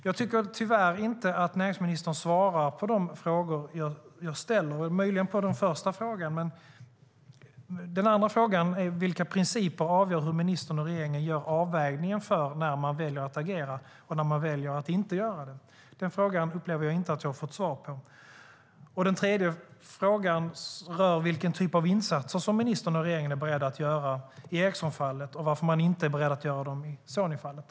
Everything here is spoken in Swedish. Jag tycker tyvärr inte att näringsministern svarade på de frågor som jag ställde. Möjligen svarade han på första frågan, men den andra frågan var: Vilka principer avgör hur ministern och regeringen gör avvägningen för när man väljer att agera och när man väljer att inte göra det? Den tredje frågan var: Vilken typ av insatser är ministern och regeringen beredda att göra i Ericssonfallet och varför är man inte beredd att göra det i Sonyfallet?